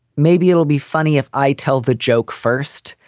maybe it will be funny if i tell the joke first.